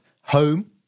home